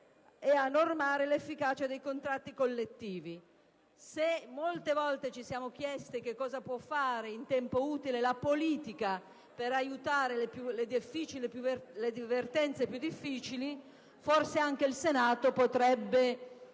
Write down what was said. lavoro e l'efficacia dei contratti collettivi. Molte volte ci siamo chiesti cosa può fare, in tempo utile, la politica per aiutare le vertenze più difficili; ebbene, il Senato potrebbe